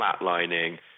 flatlining